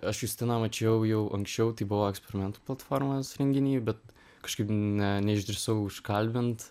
aš justiną mačiau jau anksčiau tai buvo eksperimentų platformos renginy bet kažkaip ne neišdrįsau užkalbint